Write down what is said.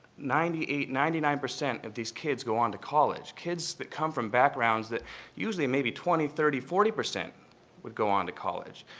ninety-eight, ninety nine percent of these kids go on to college. kids that come from backgrounds that usually maybe twenty, thirty, forty percent would go on to college.